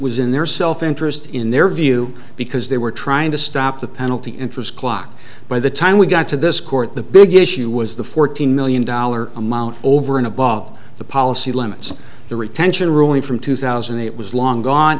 was in their self interest in their view because they were trying to stop the penalty interest clock by the time we got to this court the big issue was the fourteen million dollar amount over and above the policy limits the retention ruling from two thousand it was long gone